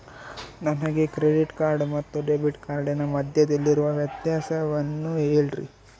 ನನಗೆ credit card ಮತ್ತು debit ಕಾರ್ಡಿನ ಮಧ್ಯದಲ್ಲಿರುವ ವ್ಯತ್ಯಾಸವನ್ನು ಹೇಳ್ರಿ?